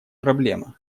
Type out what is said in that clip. проблема